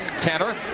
Tanner